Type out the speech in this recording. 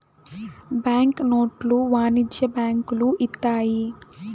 bank నోట్లు వాణిజ్య బ్యాంకులు ఇత్తాయి